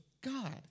God